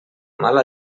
mala